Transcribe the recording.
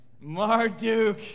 Marduk